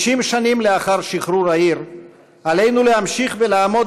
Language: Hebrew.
50 שנים לאחר שחרור העיר עלינו להמשיך ולעמוד